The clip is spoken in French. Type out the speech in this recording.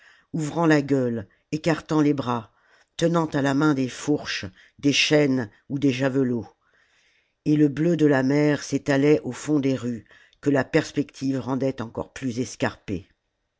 ouvrant la gueule écartant les bras tenant à la main des fourches des chaînes ou des javelots et le bleu de la mer s'étalait au fond des rues que la perspective rendait encore plus escarpées